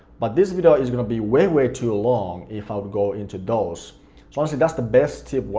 but this video is gonna be way, way too long if i'll go into those. so honestly that's the best tip,